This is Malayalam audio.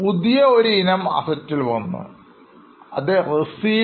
പുതിയ ഒരു ഇനം Asset ൽ വന്നു ie Receivables